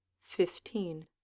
Fifteen